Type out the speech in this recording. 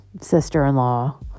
sister-in-law